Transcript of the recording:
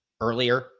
earlier